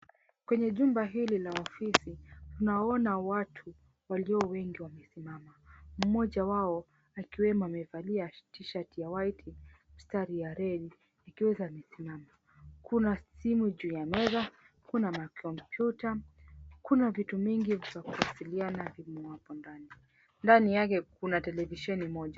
Kwenye jumba hili la ofisi, tunaona watu walio wengi wamesimama. Mmoja wao akiwemo amevalia t-shirt ya white mstari ya red akiwa amesimama. Kuna simu juu ya meza, kuna makompyuta, kuna vitu mingi kwa sababu ofisi inavyo hapo ndani. Ndani yake kuna televisheni moja.